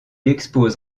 expose